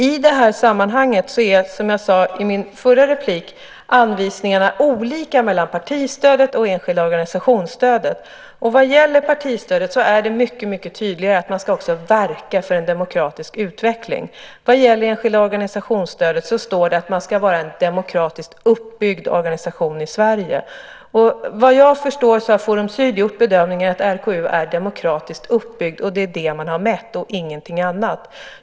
I det här sammanhanget är, som jag sade i mitt förra inlägg, anvisningarna olika för partistödet och stödet till enskilda organisationer. Vad gäller partistödet är det mycket tydligare att man också ska verka för en demokratisk utveckling. Vad gäller stödet till enskilda organisationer står det att det ska vara en demokratiskt uppbyggd organisation i Sverige. Såvitt jag förstår har Forum Syd gjort bedömningen att RKU är demokratiskt uppbyggt. Det är det som man har mätt, ingenting annat.